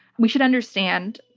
we should understand,